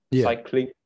cycling